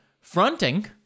fronting